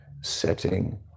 setting